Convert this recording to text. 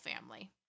family